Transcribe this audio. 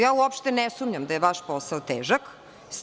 Ja uopšte ne sumnjam da je vaš posao težak.